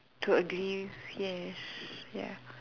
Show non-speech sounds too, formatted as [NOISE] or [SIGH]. to agree yes [NOISE] ya